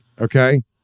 okay